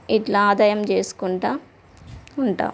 ఇట్లా ఆదాయం చేసుకుంటూ ఉంటాం